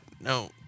No